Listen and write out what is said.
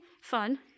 fun